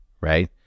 Right